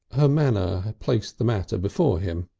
her manner placed the matter before him.